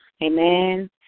Amen